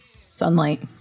sunlight